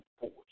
force